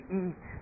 eat